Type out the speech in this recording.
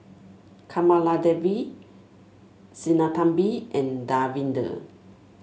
Kamaladevi Sinnathamby and Davinder